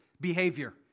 behavior